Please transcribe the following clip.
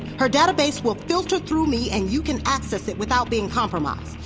her database will filter through me and you can access it without being compromised.